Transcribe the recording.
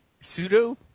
Pseudo